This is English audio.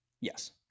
Yes